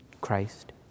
Christ